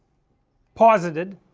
posited,